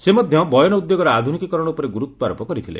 ସେ ମଧ୍ୟ ବୟନ ଉଦ୍ୟାଗର ଆଧୁନିକୀକରଣ ଉପରେ ଗୁରୁତ୍ୱାରୋପ କରିଥିଲେ